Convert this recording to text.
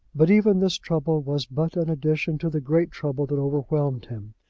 but even this trouble was but an addition to the great trouble that overwhelmed him.